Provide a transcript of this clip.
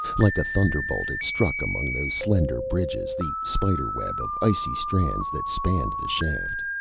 like a thunderbolt it struck among those slender bridges, the spiderweb of icy strands that spanned the shaft.